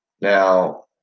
Now